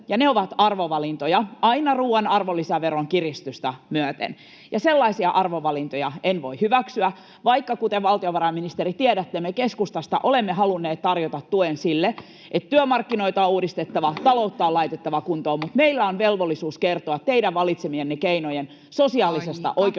ne ovat arvovalintoja aina ruuan arvonlisäveron kiristystä myöten. Sellaisia arvovalintoja en voi hyväksyä, vaikka, kuten valtiovarainministeri tiedätte, me keskustassa olemme halunneet tarjota tuen sille, että työmarkkinoita on uudistettava ja taloutta on laitettava kuntoon. [Puhemies: Aika!] Meillä on velvollisuus kertoa teidän valitsemienne keinojen sosiaalisen